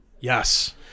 Yes